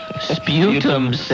Sputum